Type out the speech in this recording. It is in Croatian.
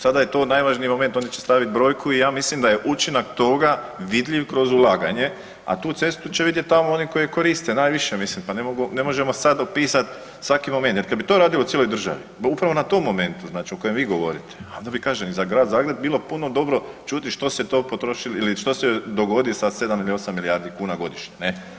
Sada je to najvažniji moment, oni će stavit brojku i ja mislim da je učinak toga vidljiv kroz ulaganje, a tu cestu će vidjet tamo oni koji je koriste najviše, mislim, pa ne mogu, ne možemo sad opisat svaki moment jer kad bi to radili u cijeloj državi upravo na tom momentu znači o kojem vi govorite, a da bi kažem i za Grad Zagreb bilo puno dobro čuti što se to potrošili ili što se dogodi sa 7 ili 8 milijardi kuna godišnje ne.